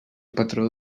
patró